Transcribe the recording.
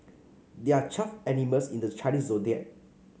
there are twelve animals in the Chinese Zodiac